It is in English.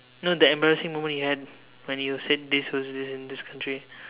no the embarrassing moment you had when you said this was this in this country